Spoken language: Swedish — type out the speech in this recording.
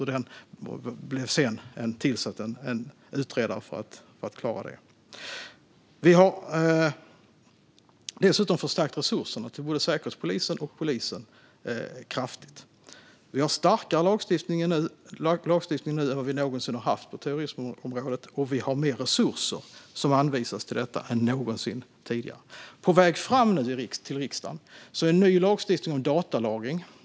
En utredare blev sedan tillsatt för att klara detta. Vi har dessutom kraftigt förstärkt resurserna till både Säkerhetspolisen och polisen. Vi har starkare lagstiftning nu än vad vi någonsin har haft på terrorismområdet, och vi har mer resurser som anvisas till detta än någonsin tidigare. På väg fram till riksdagen är nu en ny lagstiftning om datalagring.